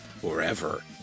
forever